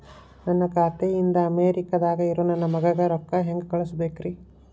ನನ್ನ ಖಾತೆ ಇಂದ ಅಮೇರಿಕಾದಾಗ್ ಇರೋ ನನ್ನ ಮಗಗ ರೊಕ್ಕ ಹೆಂಗ್ ಕಳಸಬೇಕ್ರಿ?